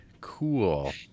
cool